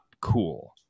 cool